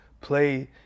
play